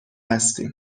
هستیم